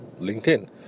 linkedin